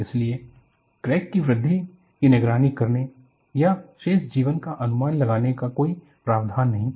इसलिए क्रैक की वृद्धि की निगरानी करने या शेष जीवन का अनुमान लगाने का कोई प्रावधान नहीं था